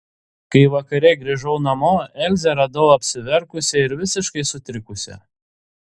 kai vakare grįžau namo elzę radau apsiverkusią ir visiškai sutrikusią